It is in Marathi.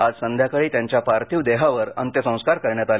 आज संध्याकाळी त्यांच्या पार्थिव देहावर अंत्यसंस्कार करण्यात आले